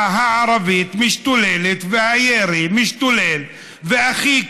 הירי בכל מקום,